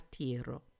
partiro